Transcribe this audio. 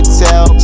tell